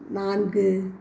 நான்கு